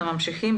אנחנו ממשיכים.